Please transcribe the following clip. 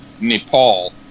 Nepal